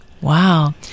Wow